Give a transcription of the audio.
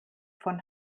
von